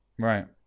Right